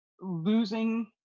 Losing